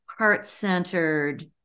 heart-centered